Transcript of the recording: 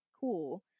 cool